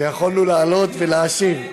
ויכולנו לעלות ולהשיב.